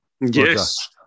Yes